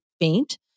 faint